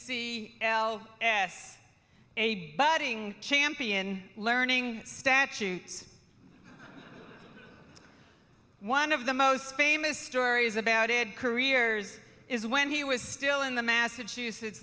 c l s a budding champion learning stanching one of the most famous stories about it careers is when he was still in the massachusetts